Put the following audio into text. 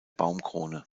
baumkrone